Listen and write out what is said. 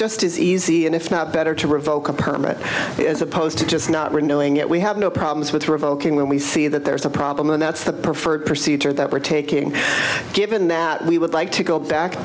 just as easy and if not better to revoke a permit as opposed to just not renewing it we have no problems with revoking when we see that there's a problem and that's the preferred procedure that we're taking given that we would like to go back